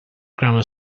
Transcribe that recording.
grammar